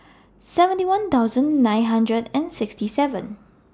seventy one thousand nine hundred and sixty seven